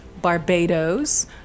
Barbados